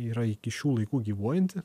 yra iki šių laikų gyvuojanti